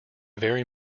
very